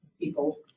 people